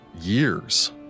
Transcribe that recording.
Years